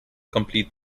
complete